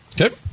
Okay